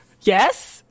Yes